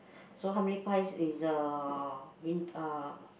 so how many price is uh